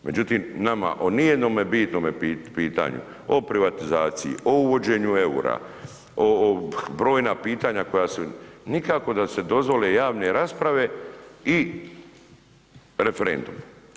Međutim, nama o nijednome bitnome pitanju, o privatizaciji, o uvođenju EUR-a, brojna pitanja koja se, nikako da se dozvole javne rasprave i referendum.